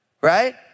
right